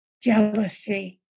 Jealousy